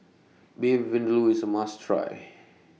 Beef Vindaloo IS A must Try